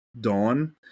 dawn